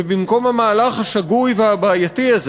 ובמקום המהלך השגוי והבעייתי הזה